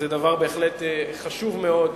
זה דבר בהחלט חשוב מאוד,